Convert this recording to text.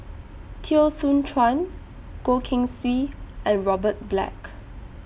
Teo Soon Chuan Goh Keng Swee and Robert Black